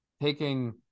taking